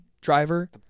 driver